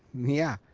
yeah.